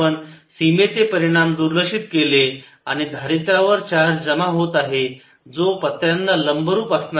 जर आपण सीमेचे परिणाम दुर्लक्षित केले आणि धारित्रवर चार्ज जमा होत आहे जो पत्र्यांना लंबरूप असणार आहे